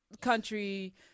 country